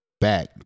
back